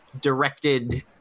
directed